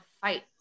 fight